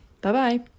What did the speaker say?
Bye-bye